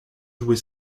jouer